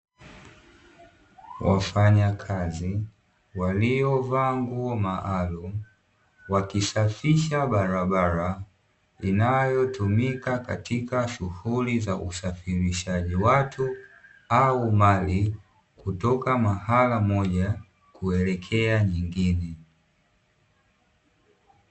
Wafanyakazi waliovaa nguo maalum, wakisafisha barabara inayotumika katika shughuli za usafirishaji watu au mali, kutoka mahala moja kuelekea nyingine.